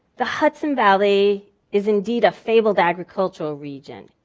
the hudson valley is indeed a fabled agricultural region.